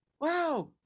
wow